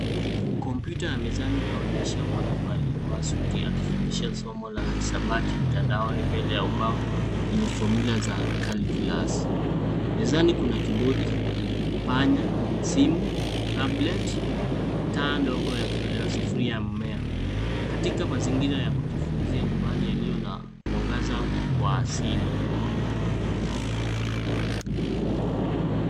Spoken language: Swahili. Kompyuta ya mezani inaonyesha mwalimu aliyevaa suti akifundisha somo la hisabati mtandaoni mbele ya ubao wenye formula za calculus .Mezani kuna kibodi, Kenya, simu, tabuleti, taa ndogo ya sufuria ya mmea. Katika mazingira ya kujifunzia nyumbani yaliyo na mwangaza wa asili.